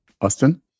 Austin